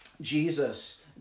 Jesus